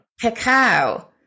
cacao